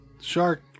Shark